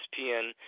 ESPN